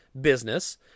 business